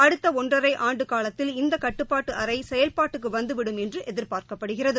அடுத்த ஒன்றரை ஆண்டு காலத்தில் இந்த கட்டுப்பாட்டு அறை செயல்பாட்டுக்கு வந்துவிடும் என்று எதிர்பார்க்கப்படுகிறது